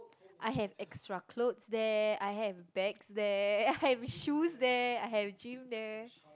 I have extra clothes there I have bags there I have shoes there I have gym there